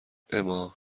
اما